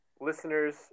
listeners